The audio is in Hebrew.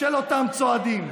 של אותם צועדים.